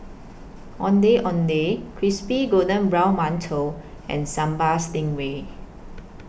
Ondeh Ondeh Crispy Golden Brown mantou and Sambal Stingray